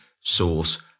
source